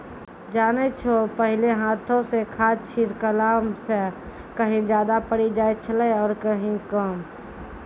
जानै छौ पहिने हाथों स खाद छिड़ला स कहीं ज्यादा पड़ी जाय छेलै आरो कहीं कम